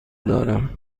دارم